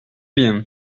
bien